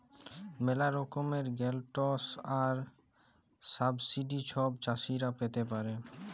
ম্যালা রকমের গ্র্যালটস আর সাবসিডি ছব চাষীরা পাতে পারে